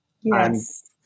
Yes